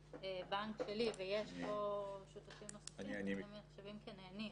אבל זה נהנה ביחס לשירותים שלי.